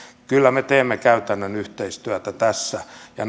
kyllä me teemme käytännön yhteistyötä tässä ja